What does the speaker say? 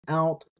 out